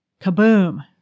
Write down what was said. kaboom